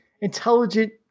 intelligent